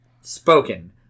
Spoken